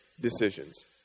decisions